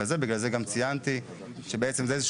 ובגלל זה ציינתי ששנת 75' היא איזשהו